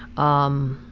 um,